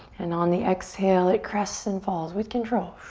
and on the exhale, it crests and falls with control.